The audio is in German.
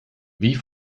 wie